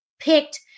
picked